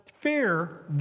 Fear